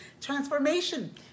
transformation